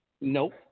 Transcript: Nope